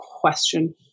question